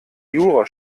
jura